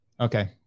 Okay